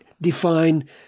define